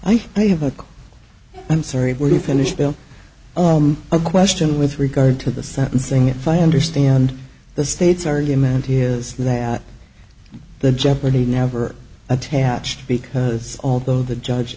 they have a i'm sorry were you finished bill a question with regard to the sentencing if i understand the state's argument is that the jeopardy never attached because although the judge